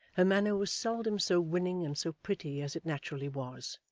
her manner was seldom so winning and so pretty as it naturally was,